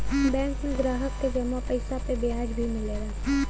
bank में ग्राहक क जमा पइसा पे ब्याज भी मिलला